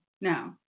No